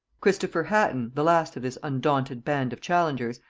christopher hatton, the last of this undaunted band of challengers,